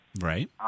Right